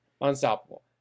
Unstoppable